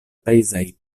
pezaj